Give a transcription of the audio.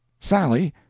sally!